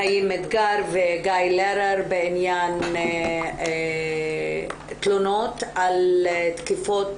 חיים אתגר וגיא לרר בעניין תלונות על תקיפות